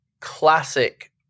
classic